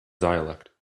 dialect